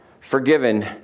forgiven